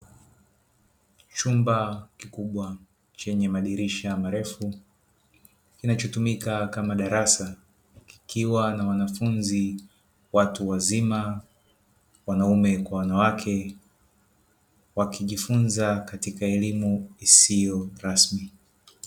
Chumba kikubwa chenye madirisha marefu kinacho tumika kama darasa kikiwa na wanafunzi watu wazima wanaume kwa wanawake wakijifunza katika elimu isiyo rasmi.